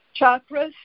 chakras